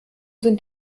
sind